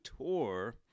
tour